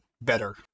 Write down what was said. better